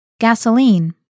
Gasoline